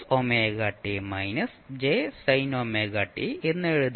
അതിനാൽ എന്ന് എഴുതാം